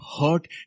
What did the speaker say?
hurt